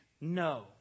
No